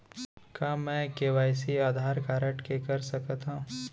का मैं KYC Aadhaar card से कर सकत हो?